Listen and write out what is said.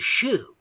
shoe